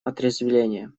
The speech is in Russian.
отрезвления